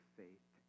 faith